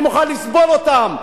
אני מוכן לסבול אותם,